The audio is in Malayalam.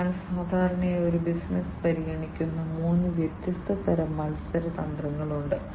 അതിനാൽ സാധാരണയായി ഒരു ബിസിനസ്സ് പരിഗണിക്കുന്ന മൂന്ന് വ്യത്യസ്ത തരം മത്സര തന്ത്രങ്ങളുണ്ട്